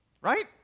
right